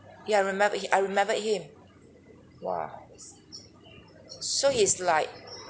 ya I remember I remembered him !wah! so he's like